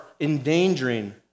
endangering